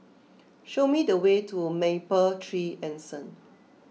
show me the way to Mapletree Anson